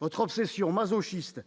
votre obsession masochiste